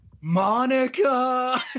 Monica